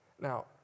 Now